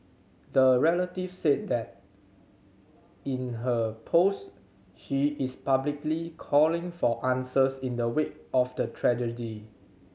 the relative said that in her post she is publicly calling for answers in the wake of the tragedy